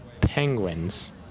penguins